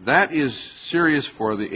that is serious for the